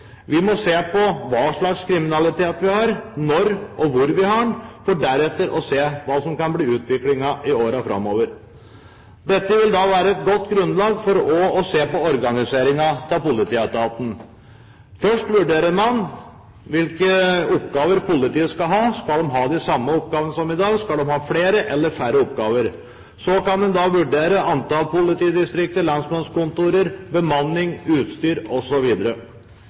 Vi må se på hva slags kriminalitet vi har, og når og hvor vi har den, for deretter å se hva som kan bli utviklingen i årene framover. Dette vil også være et godt grunnlag for å se på organiseringen av politietaten. Først vurderer man hvilke oppgaver politiet skal ha – skal de ha de samme oppgavene som i dag, skal de ha flere eller færre oppgaver? Så kan en vurdere antall politidistrikter og lensmannskontorer, bemanning, utstyr